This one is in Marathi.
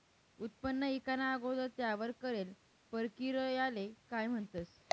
उत्पन्न ईकाना अगोदर त्यावर करेल परकिरयाले काय म्हणतंस?